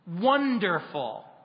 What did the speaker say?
wonderful